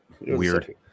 Weird